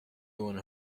doing